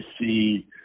see